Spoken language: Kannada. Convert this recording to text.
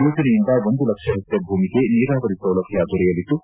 ಯೋಜನೆಯಿಂದ ಒಂದು ಲಕ್ಷ ಹೆಕ್ಟೇರ್ ಭೂಮಿಗೆ ನೀರಾವರಿ ಸೌಲಭ್ಯ ದೊರೆಯಲಿದ್ದು